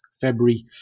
February